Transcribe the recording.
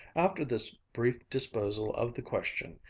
after this brief disposal of the question,